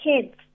kids